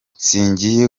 singiye